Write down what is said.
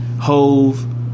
Hove